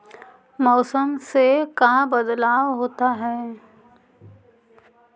मौसम से का बदलाव होता है?